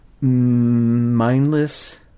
mindless